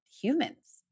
humans